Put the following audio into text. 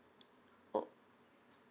oh